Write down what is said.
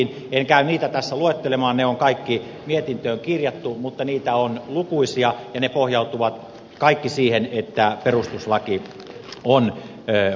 en käy niitä tässä luettelemaan ne on kaikki mietintöön kirjattu mutta niitä on lukuisia ja ne pohjautuvat kaikki siihen että perustuslaki on muuttunut